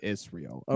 Israel